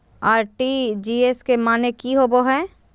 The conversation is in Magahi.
आर.टी.जी.एस के माने की होबो है?